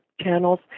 channels